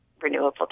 renewable